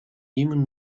even